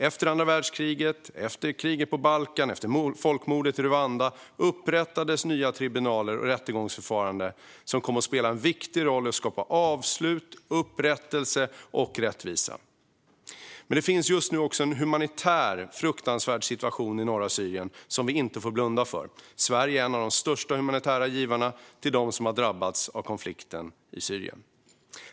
Efter andra världskriget, efter kriget på Balkan och efter folkmordet i Rwanda upprättades nya tribunaler och rättegångsförfaranden som kom att spela en viktig roll för att skapa avslut, upprättelse och rättvisa. Men det finns just nu också en fruktansvärd humanitär situation i norra Syrien som vi inte får blunda för. Sverige är en av de största humanitära givarna till dem som har drabbats av konflikten i Syrien.